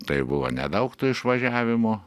tai buvo nedaug tų išvažiavimų